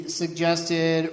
suggested